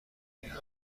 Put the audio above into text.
میدهند